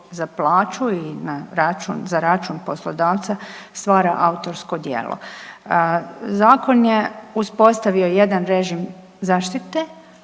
za plaću i za račun poslodavca stvara autorsko djelo. Zakon je uspostavio jedan režim zaštite